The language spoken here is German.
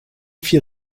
vier